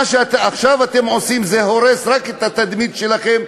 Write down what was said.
מה שעכשיו אתם עושים הורס רק את התדמית שלכם,